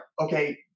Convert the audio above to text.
Okay